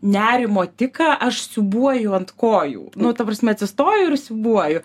nerimo tiką aš siūbuoju ant kojų nu ta prasme atsistoju ir siūbuoju